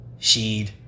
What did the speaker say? Sheed